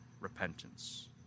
Repentance